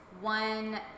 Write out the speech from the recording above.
one